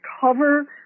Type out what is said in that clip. cover